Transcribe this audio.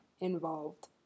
involved